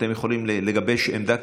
אתם יכולים לגבש עמדה?